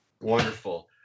Wonderful